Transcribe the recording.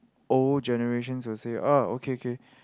old generations will say uh okay okay